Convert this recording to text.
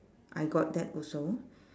I got that also